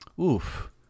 Oof